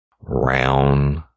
round